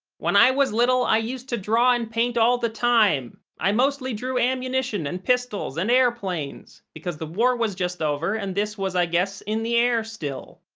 when i was little, i used to draw and paint all the time. i mostly drew ammunition and pistols and airplanes, because the war was just over and this was, i guess, in the air still.